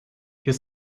your